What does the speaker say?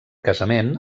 casament